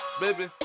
Baby